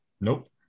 Nope